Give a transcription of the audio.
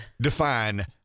define